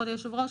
כבוד היושב-ראש,